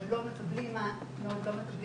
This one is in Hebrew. מאוד לא מקבלים מענים,